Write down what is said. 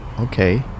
Okay